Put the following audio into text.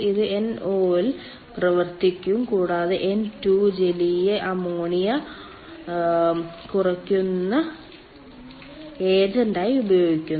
ഇത് NO ൽ പ്രവർത്തിക്കും കൂടാതെ N2 ജലീയ അമോണിയ കുറയ്ക്കുന്ന ഏജന്റായി ഉപയോഗിക്കുന്നു